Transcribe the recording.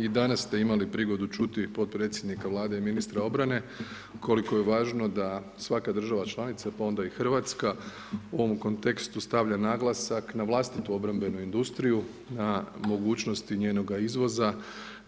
I danas ste imali prigodu čuti potpredsjednika Vlade i ministra obrane koliko je važno da svaka država članica, pa onda i Hrvatska u ovom kontekstu stavlja naglasak na vlastitu obrambenu industriju, na mogućnosti njenoga izvoza,